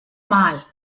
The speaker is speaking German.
mal